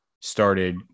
started